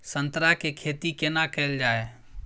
संतरा के खेती केना कैल जाय?